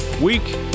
week